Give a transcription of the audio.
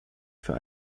für